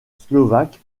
slovaque